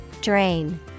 Drain